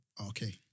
Okay